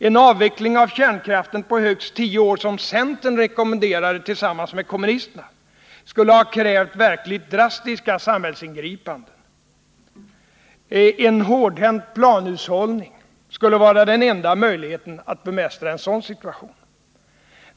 En avveckling av kärnkraften på högst 10 år, som centern rekommenderade tillsammans med kommunisterna, skulle ha krävt verkligt drastiska samhällsingripanden. En hårdhänt planhushållning skulle vara den enda möjligheten att bemästra en sådan situation.